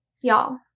Y'all